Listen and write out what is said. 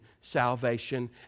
salvation